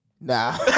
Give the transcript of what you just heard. Nah